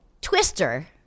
twister